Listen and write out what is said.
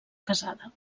casada